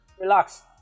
Relax